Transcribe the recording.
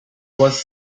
was